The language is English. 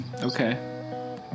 okay